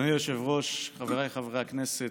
אדוני היושב-ראש, חבריי חברי הכנסת,